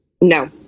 No